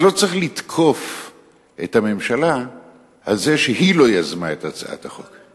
אז לא צריך לתקוף את הממשלה על זה שהיא לא יזמה את הצעת החוק.